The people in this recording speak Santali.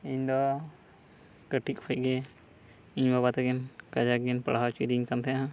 ᱤᱧᱫᱚ ᱠᱟᱹᱴᱤᱡ ᱠᱷᱚᱱ ᱜᱮ ᱤᱧ ᱵᱟᱵᱟ ᱛᱟᱹᱠᱤᱱ ᱠᱟᱡᱟᱠ ᱠᱤᱱ ᱯᱟᱲᱦᱟᱣ ᱚᱪᱚᱭᱮᱫᱤᱧ ᱠᱟᱱ ᱛᱟᱦᱮᱱᱟ